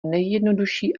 nejjednoduší